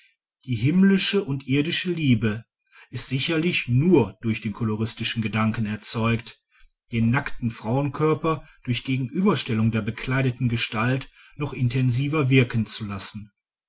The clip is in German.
die himmlische und die irdische liebe ist sicherlich nur durch den koloristischen gedanken erzeugt den nackten frauenkörper durch gegenüberstellen der bekleideten gestalt noch intensiver wirken zu lassen